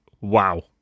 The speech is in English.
wow